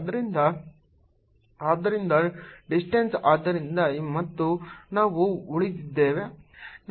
ಆದ್ದರಿಂದ For x≤0 DkEx k4π0 q2 y2z2d232 For x≥0 DEx 14π0 qdq1d 1y2z2d232 ಆದ್ದರಿಂದ distance ಮಾಡುತ್ತದೆ ಮತ್ತು ನಾವು ಉಳಿದಿದ್ದೇವೆ